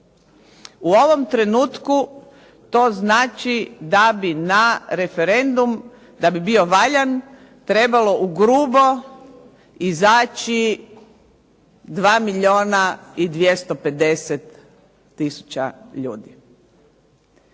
U ovom trenutku to znači da bi na referendum, da bi bio valjan, trebalo u grubo izaći 2 milijuna i 250 tisuća ljudi.